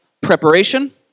preparation